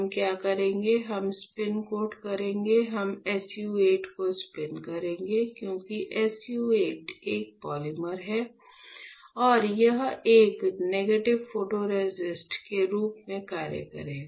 हम क्या करेंगे हम स्पिन कोट करेंगे हम SU 8 को स्पिन करेंगे क्योंकि SU 8 एक पॉलीमर है और यह एक नेगेटिव फोटोरेसिस्ट के रूप में कार्य करेगा